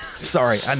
Sorry